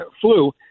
flu